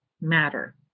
matter